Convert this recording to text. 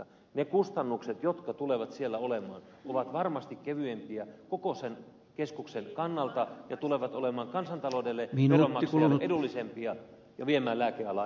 ne kustannukset jotka tulevat siellä olemaan ovat varmasti kevyempiä koko sen keskuksen kannalta ja tulevat olemaan kansantaloudelle veronmaksajalle edullisempia ja viemään lääkealaa eteenpäin